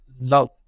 love